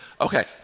Okay